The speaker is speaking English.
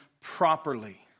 properly